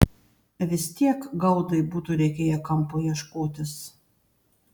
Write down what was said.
vis tiek gaudai būtų reikėję kampo ieškotis